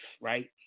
right